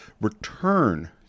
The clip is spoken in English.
return